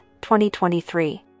2023